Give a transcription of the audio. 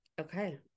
okay